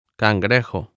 cangrejo